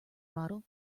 model